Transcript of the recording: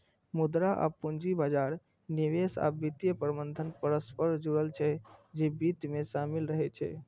मुद्रा आ पूंजी बाजार, निवेश आ वित्तीय प्रबंधन परस्पर जुड़ल छै, जे वित्त मे शामिल रहै छै